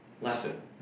lesson